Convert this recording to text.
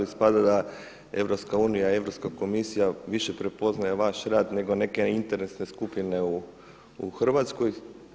Ispada da EU i Europska komisija više prepoznaje vaš rad nego neke interesne skupine u Hrvatskoj.